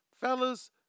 Fellas